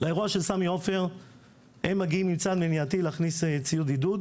לאירוע של סמי עופר הם מגיעים עם צעד מניעתי להכניס ציוד עידוד.